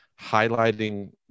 highlighting